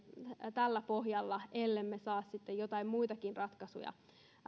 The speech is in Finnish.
tällä pohjalla ellemme saa sitten joitain muitakin ratkaisuja